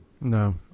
No